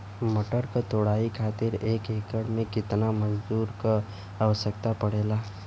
मटर क तोड़ाई खातीर एक एकड़ में कितना मजदूर क आवश्यकता पड़ेला?